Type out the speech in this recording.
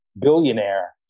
billionaire